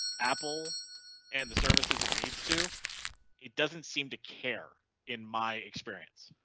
apple and the services it needs to it doesn't seem to care in my experience.